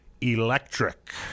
electric